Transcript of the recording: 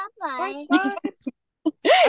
Bye-bye